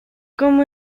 como